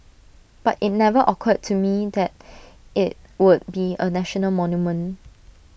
but IT never occurred to me that IT would be A national monument